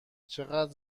چقدر